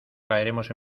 caeremos